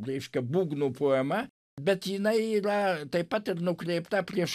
reiškia būgnų poema bet jinai yra taip pat ir nukreipta prieš